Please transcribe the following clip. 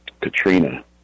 Katrina